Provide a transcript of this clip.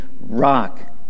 rock